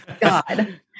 God